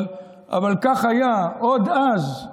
אבל כך היה עוד אז.